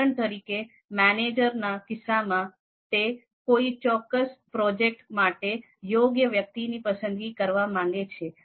ઉદાહરણ તરીકે મેનેજરના કિસ્સામાં તે કોઈ ચોક્કસ પ્રોજેક્ટ માટે યોગ્ય વ્યક્તિની પસંદગી કરવા માંગે છે